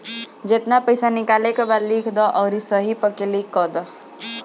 जेतना पइसा निकाले के बा लिख दअ अउरी सही पअ क्लिक कअ दअ